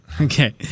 Okay